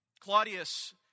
Claudius